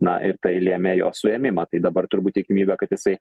na ir tai lėmė jo suėmimą tai dabar turbūt tikimybė kad jisai